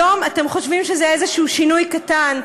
היום אתם חושבים שזה איזשהו שינוי קטן,